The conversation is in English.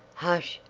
hush!